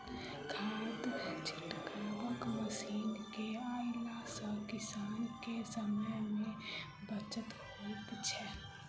खाद छिटबाक मशीन के अयला सॅ किसान के समय मे बचत होइत छै